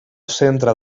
centre